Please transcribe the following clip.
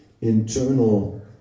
internal